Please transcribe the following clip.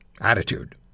attitude